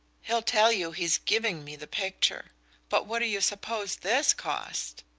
he'll tell you he's giving me the picture but what do you suppose this cost?